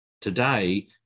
today